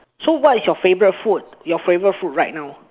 so what is your favourite food your favourite food right now